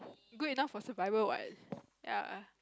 good enough for survival [what] yea